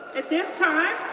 at this time,